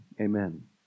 Amen